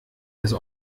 das